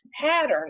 pattern